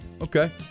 Okay